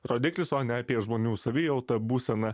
rodiklis o ne apie žmonių savijautą būseną